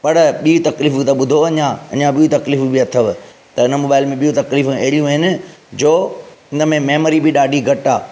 पर ॿियूं तकलीफ़ूं त ॿुधो अञां अञां ॿियूं तकलीफ़ूं बि अथव त इन मोबाइल में ॿियूं तकलीफ़ूं अहिड़ियूं आहिनि जो उन में मेमरी बि ॾाढी घटि आहे